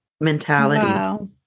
mentality